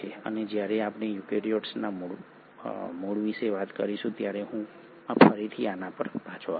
અને જ્યારે આપણે યુકેરીયોટ્સના મૂળ વિશે વાત કરીશું ત્યારે હું ફરીથી આના પર પાછો આવીશ